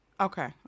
Okay